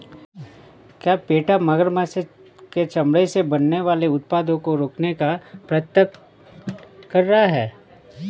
क्या पेटा मगरमच्छ के चमड़े से बनने वाले उत्पादों को रोकने का प्रयत्न कर रहा है?